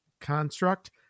construct